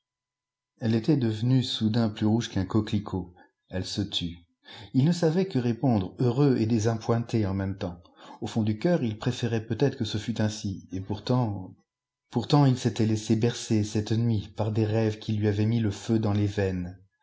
elle était devenue soudain plus rouge qu'un coquelicot elle se tut il ne savait que répondre heureux et désappointé en même temps au fond du cœur il préférait peut-être que ce fût ainsi et pourtant pourtant il s'était laissé bercer cette nuit par des rêves qui lui avaient mis le feu dans les veines